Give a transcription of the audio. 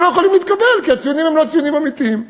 הם לא יכולים להתקבל כי הציונים הם לא ציונים אמיתיים.